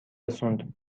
رسوند